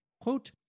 quote